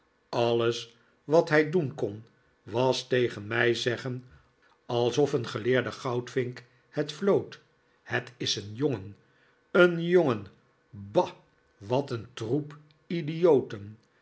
alles wat hij doen kon was tegen mij te zeggen alsof een geleerde goudvink het floot het is een jongen een jongen bah wat een troep idioten